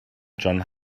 john